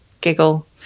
giggle